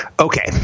Okay